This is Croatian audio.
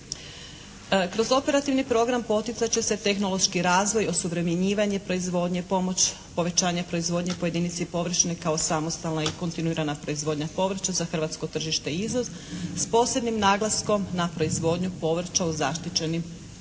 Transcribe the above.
Kroz operativni program poticat će se tehnološki razvoj, osuvremenjivanje proizvodnje, pomoć povećanja proizvodnje po jedinici …/Govornik se ne razumije./… samostalna i kontinuirana proizvodnja povrća za hrvatsko tržište i izvoz s posebnim naglaskom na proizvodnju povrća u zaštićenim prostorima.